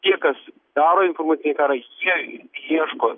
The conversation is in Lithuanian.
tie kas daro informacinį karą jie ieško